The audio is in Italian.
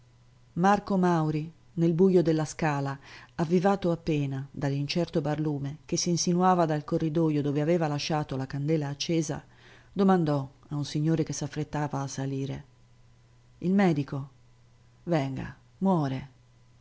marco mauri nel bujo della scala avvivato appena da l'incerto barlume che s'insinuava dal corridojo dove aveva lasciato la candela accesa domandò a un signore che s'affrettava a salire il medico venga muore